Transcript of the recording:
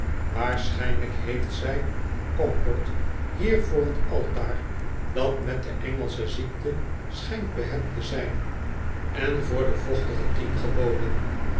waarschijnlijk heeft zij comport hier voor t altaar dat met de engelsche ziekte schijnt behept te zijn en voor de vochtige tien geboden